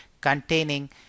containing